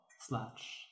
slash